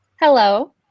hello